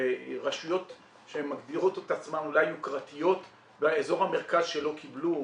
ברשויות שהן מגדירות את עצמן אולי יוקרתיות באזור המרכז שלא קיבלו.